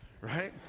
right